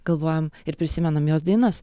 galvojam ir prisimenam jos dainas